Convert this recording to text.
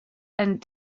and